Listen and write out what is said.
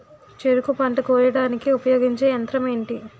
చెరుకు పంట కోయడానికి ఉపయోగించే యంత్రం ఎంటి?